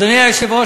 אדוני היושב-ראש,